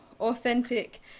authentic